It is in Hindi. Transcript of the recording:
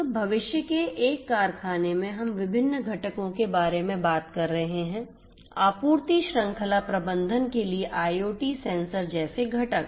तो भविष्य के एक कारखाने में हम विभिन्न घटकों के बारे में बात कर रहे हैं आपूर्ति श्रृंखला प्रबंधन के लिए IoT सेंसर जैसे घटक